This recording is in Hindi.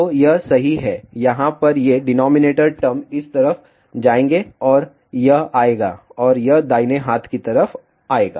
तो यह सही है यहाँ पर ये डिनॉमिनेटर टर्म इस तरफ जाएंगे और यह आएगा और यह दाहिने हाथ की तरफ आएगा